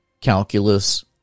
calculus